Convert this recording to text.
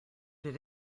did